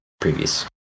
previous